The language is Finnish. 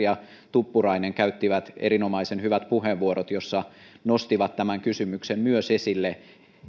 ja tuppurainen käyttivät erinomaisen hyvät puheenvuorot joissa nostivat esille myös tämän kysymyksen